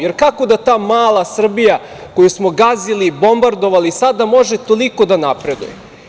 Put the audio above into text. Jer, kako da ta mala Srbija koju smo gazili i bombardovali sada može toliko da napreduje?